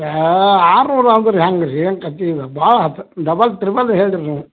ಏಯ್ ಆರ್ನೂರು ಅಂದ್ರೆ ಹೆಂಗೆ ರೀ ಏನು ಕಥೆ ಇದು ಭಾಳ ಆಯ್ತ್ ಡಬಲ್ ತ್ರಿಬಲ್ ಹೇಳಿದ್ರಿ ನೀವು